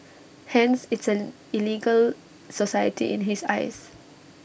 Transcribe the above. hence it's an illegal society in his eyes